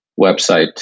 website